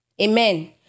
Amen